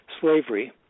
slavery